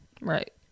Right